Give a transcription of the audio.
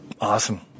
Awesome